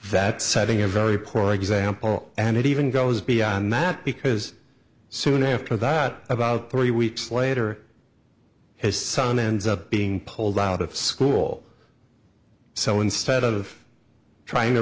that setting a very poor example and it even goes beyond that because soon after that about three weeks later his son ends up being pulled out of school so instead of trying to